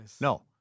No